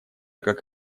как